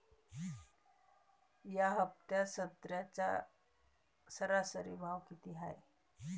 या हफ्त्यात संत्र्याचा सरासरी भाव किती हाये?